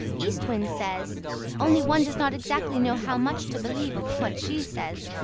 east wind says only one does not exactly know how much to believe of what she says,